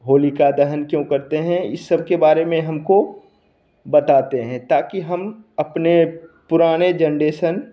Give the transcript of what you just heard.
होलिका दहन क्यों करते हैं इस सबके बारे में हमको बताते हैं ताकि हम अपने पुराने जनरेशन